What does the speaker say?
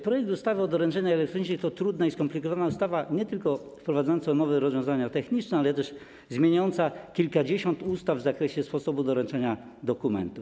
Projekt ustawy o doręczeniach elektronicznych to trudna i skomplikowana ustawa, nie tylko wprowadzająca nowe rozwiązania techniczne, ale także zmieniająca kilkadziesiąt ustaw w zakresie sposobu doręczania dokumentów.